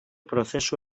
prozesu